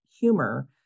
humor